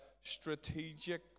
strategic